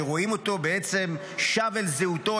שרואים אותו בעצם שב אל זהותו,